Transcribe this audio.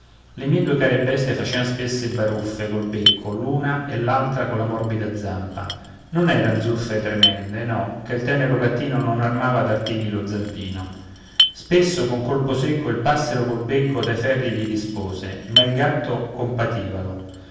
le mie due care bestie facean spesse baruffe col becco l'una e l'altra colla morbida zampa non eran zuffe tremende no che il tenero gattino non armava d'artigli lo zampino spesso con colpo secco il passero col becco dai ferri gli rispose ma il gatto compativalo tra